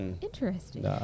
Interesting